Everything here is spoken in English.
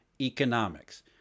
economics